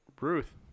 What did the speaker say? Ruth